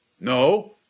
No